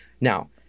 Now